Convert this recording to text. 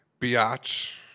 biatch